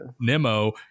Nemo